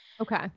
Okay